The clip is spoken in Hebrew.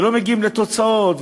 כשלא מגיעים לתוצאות,